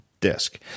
disk